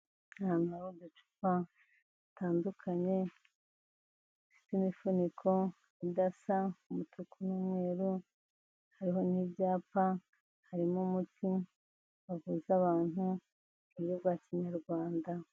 Ahantu hari uducupa dutandukanye, dufite imifuniko idasa, umutuku n'umweru, hariho n'ibyapa, harimo umuti bavuza abantu mu buryo bwa Kinyarwanda.